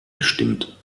gestimmt